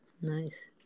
Nice